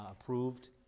approved